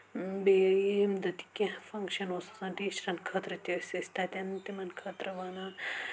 بیٚمہِ ییٚمہِ دۄہ تہِ کینٛہہ فَنٛگشَن اوس آسان ٹیٖچرَن خٲطرٕ تہِ ٲسۍ أسۍ تَتؠن تِمَن خٲطرٕ وَنان